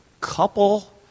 couple